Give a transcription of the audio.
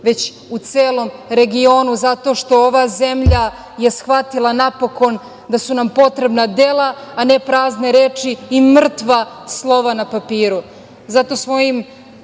već u celom regionu, zato što je ova zemlja shvatila napokon da su nam potrebna dela, a ne prazne reči i mrtva slova na papiru. Zato svojim